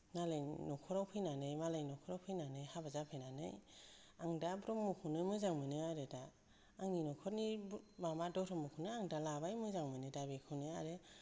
मालायनि न'खराव फैनानै मालाय नखराव फैनानै हाबा जाफैनानै आं दा ब्रह्मखौनो मोजां मोनो आरो दा आंनि न'खरनि माबा धर्मखौनो आं दा लाबाय मोजां मोनो दा बेखौनो आरो